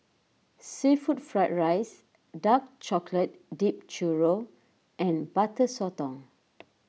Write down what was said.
Seafood Fried Rice Dark Chocolate Dipped Churro and Butter Sotong